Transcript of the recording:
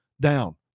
down